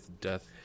Death